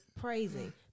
praising